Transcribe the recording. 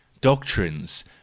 doctrines